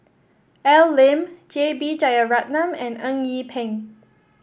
Al Lim J B Jeyaretnam and Eng Yee Peng